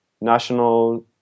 national